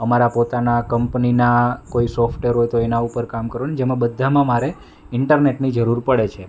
અમારાં પોતાનાં કંપનીનાં કોઈ સોફ્ટેર હોય તો એનાં ઉપર કામ કરું ને જેમાં બધામાં મારે ઈન્ટરનેટની જરૂર પડે છે